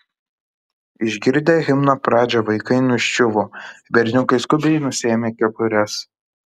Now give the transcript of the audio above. išgirdę himno pradžią vaikai nuščiuvo berniukai skubiai nusiėmė kepures